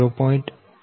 80 છે